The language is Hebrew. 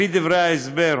על-פי דברי ההסבר,